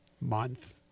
month